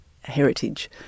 Heritage